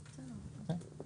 שאלו פה לגבי ההיערכות,